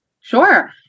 Sure